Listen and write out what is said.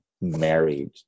married